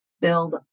build